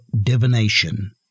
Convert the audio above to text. divination